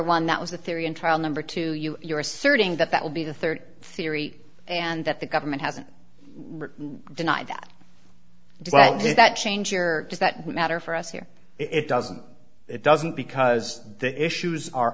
one that was the theory in trial number two you are asserting that that will be the third theory and that the government hasn't denied that does that change or does that matter for us here it doesn't it doesn't because the issues are